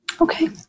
Okay